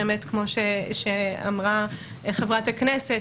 כמו שאמרה חברת הכנסת,